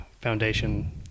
foundation